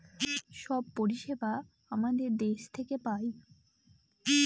সব পরিষেবা আমাদের দেশ থেকে পায়